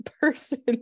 person